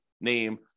name